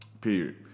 Period